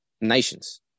nations